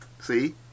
See